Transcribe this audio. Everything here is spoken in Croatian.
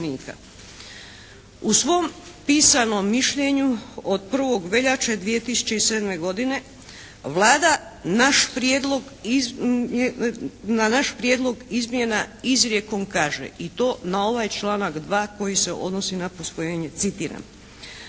U svom pisanom mišljenju od 1. veljače 2007. godine Vlada na naš Prijedlog izmjena izrijekom kaže i to na ovaj članak 2. koji se odnosi na posvojenje. Citiram: